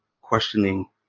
questioning